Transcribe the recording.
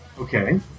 Okay